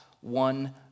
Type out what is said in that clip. one